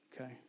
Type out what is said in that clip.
Okay